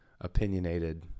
opinionated